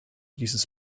dieses